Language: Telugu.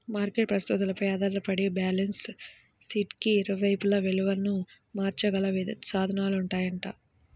మార్కెట్ పరిస్థితులపై ఆధారపడి బ్యాలెన్స్ షీట్కి ఇరువైపులా విలువను మార్చగల సాధనాలుంటాయంట